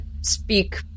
speak